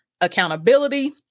accountability